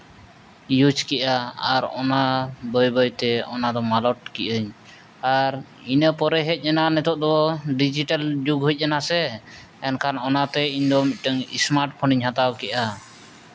use ᱠᱮᱫᱼᱟ ᱟᱨ ᱚᱱᱟ ᱵᱟᱹᱭ ᱵᱟᱹᱭ ᱛᱮ ᱚᱱᱟᱫᱚ ᱢᱟᱞᱚᱴ ᱠᱮᱫ ᱟᱹᱧ ᱟᱨ ᱤᱱᱟᱹ ᱯᱚᱨᱮ ᱦᱮᱡ ᱮᱱᱟ ᱱᱤᱛᱚᱜ ᱫᱚ ᱰᱤᱡᱤᱴᱟᱞ ᱡᱩᱜᱽ ᱦᱮᱡ ᱮᱱᱟ ᱥᱮ ᱮᱱᱠᱷᱟᱱ ᱚᱱᱟᱛᱮ ᱤᱧᱫᱚ ᱢᱤᱫᱴᱟᱝ ᱥᱢᱟᱨᱴᱯᱷᱳᱱ ᱤᱧ ᱦᱟᱛᱟᱣ ᱠᱮᱫᱼᱟ